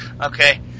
Okay